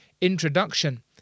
introduction